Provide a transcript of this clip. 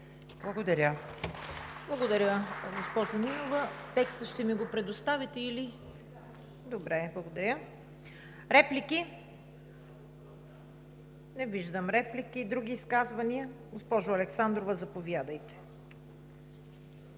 КАРАЯНЧЕВА: Благодаря, госпожо Нинова. Текста ще ми го предоставите ли? Благодаря. Реплики? Не виждам. Други изказвания? Госпожо Александрова, заповядайте.